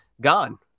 gone